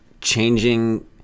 changing